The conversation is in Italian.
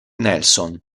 nelson